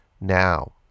now